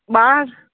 ॿार